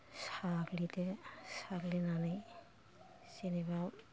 साग्लिदो साग्लिनानै जेनेबा